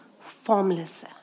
Formless